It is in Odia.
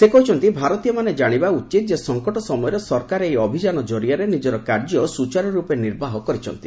ସେ କହିଛନ୍ତି ଭାରତୀୟମାନେ କାଣିବା ଉଚିତ ଯେ ସଙ୍କଟ ସମୟରେ ସରକାର ଏହି ଅଭିଯାନ ଜରିଆରେ ନିଜର କାର୍ଯ୍ୟ ସ୍ୱଚାରର୍ପେ ନିର୍ବାହ କରିଛନ୍ତି